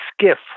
skiff